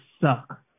suck